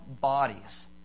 bodies